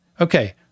Okay